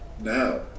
now